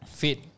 fit